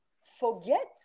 forget